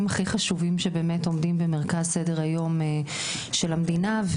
הכי חשובים שעומדים במרכז סדר היום של המדינה.